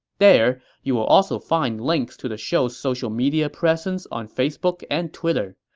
there, you will also find links to the show's social media presence on facebook and twitter.